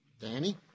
Danny